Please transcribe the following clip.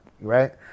right